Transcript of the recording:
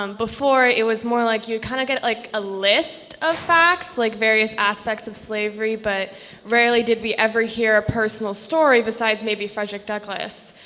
um before it was more like you kind of get like a list of facts, like various aspects of slavery. but rarely did we ever hear a personal story besides maybe frederick douglas.